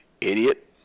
Idiot